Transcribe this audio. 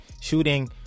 shooting